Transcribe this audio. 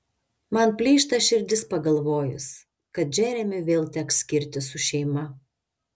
man plyšta širdis pagalvojus kad džeremiui vėl teks skirtis su šeima